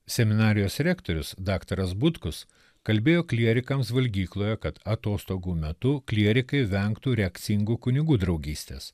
seminarijos rektorius daktaras butkus kalbėjo klierikams valgykloje kad atostogų metu klierikai vengtų reakcingų kunigų draugystės